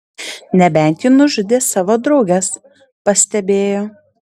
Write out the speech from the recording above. nebent ji nužudė savo drauges pastebėjo